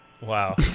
Wow